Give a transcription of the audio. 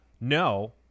No